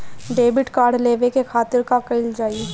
Debit card लेवे के खातिर का कइल जाइ?